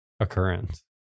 occurrence